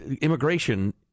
immigration